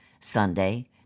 Sunday